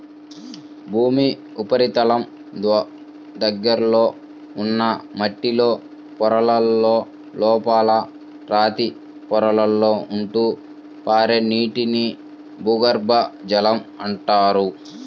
భూమి ఉపరితలం దగ్గరలో ఉన్న మట్టిలో పొరలలో, లోపల రాతి పొరలలో ఉంటూ పారే నీటిని భూగర్భ జలం అంటారు